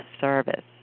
service